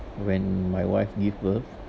when my wife give birth